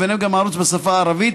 וביניהם גם הערוץ בשפה הערבית,